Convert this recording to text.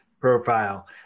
profile